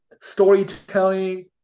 storytelling